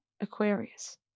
Aquarius